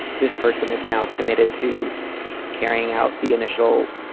this person is now committed to carrying out the initial,